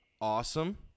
awesome